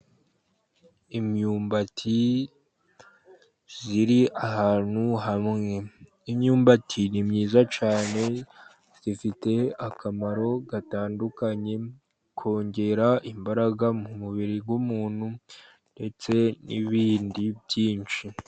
Imyumbati iri ahantu hamwe, imyumbati ni myiza cyane, ifite akamaro gatandukanye, kongera imbaraga mu mubiri w'umuntu, ndetse n'ibindi byinshi.